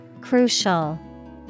crucial